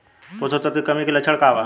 पोषक तत्व के कमी के लक्षण का वा?